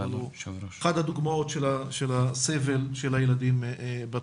אחת הדוגמאות של הסבל של הילדים בתחום.